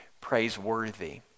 praiseworthy